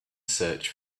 search